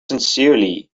sincerely